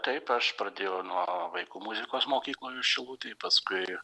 taip aš pradėjau nuo vaikų muzikos mokykloj šilutėj paskui